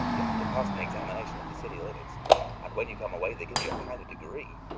you have to pass an examination at the city limits and when you come away they give you a kind of degree.